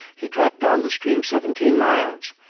he dropped down the stream seventeen miles,